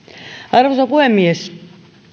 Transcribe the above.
arvoisa puhemies